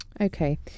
Okay